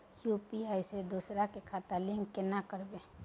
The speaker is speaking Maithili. यु.पी.आई से दोसर के खाता लिंक केना करबे?